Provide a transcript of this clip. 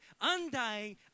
undying